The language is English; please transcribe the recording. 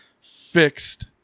Fixed